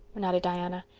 nodded diana.